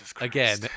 again